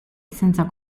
senza